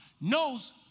knows